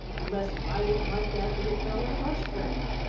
blest if i didn't like that little feller fust-rate.